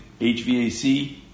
HVAC